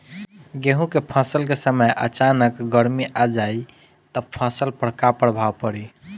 गेहुँ के फसल के समय अचानक गर्मी आ जाई त फसल पर का प्रभाव पड़ी?